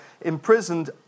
imprisoned